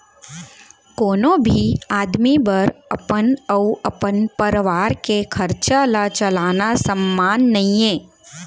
कोनो भी आदमी बर अपन अउ अपन परवार के खरचा ल चलाना सम्मान नइये